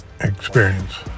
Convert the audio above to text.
experience